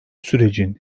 sürecin